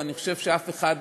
ואני חושב שאף אחד,